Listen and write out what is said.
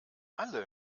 alle